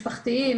משפחתיים,